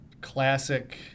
classic